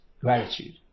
gratitude